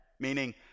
Meaning